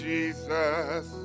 Jesus